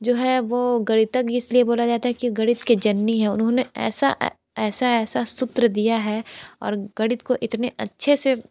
जो है वो गणितज्ञ इस लिए बोला जाता है कि गणित के जननी हैं उन्होंने ऐसा ऐसा ऐसा सूत्र दिया है और गणित को इतने अच्छे से